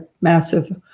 massive